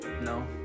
No